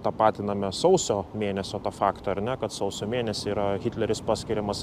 tapatiname sausio mėnesio tą faktą ar ne kad sausio mėnesį yra hitleris paskiriamas